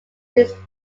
these